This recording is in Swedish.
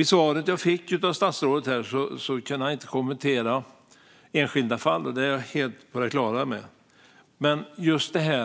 I svaret till mig kunde statsrådet inte kommentera enskilda fall. Det är jag helt på det klara med. Men